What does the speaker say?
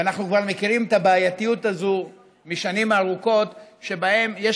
ואנחנו כבר מכירים את הבעייתיות הזאת משנים ארוכות שבהן יש